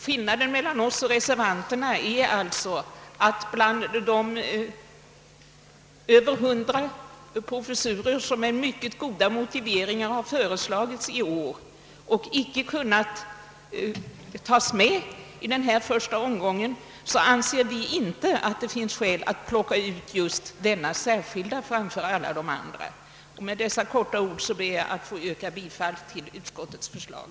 Skillnaden mel lan oss och reservanterna är alltså att bland de över 100 professurer, som med mycket goda motiveringar har föreslagits i år och inte kunnat tas med i denna första omgång, anser vi inte att det finns skäl att plocka ut just denna framför de andra. Med dessa ord ber jag att få yrka bifall till utskottets förslag.